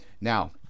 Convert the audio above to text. now